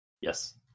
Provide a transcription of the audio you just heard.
Yes